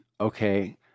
okay